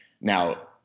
Now